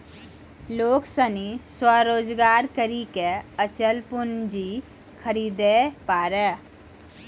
लोग सनी स्वरोजगार करी के अचल पूंजी खरीदे पारै